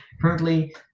currently